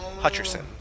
Hutcherson